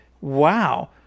wow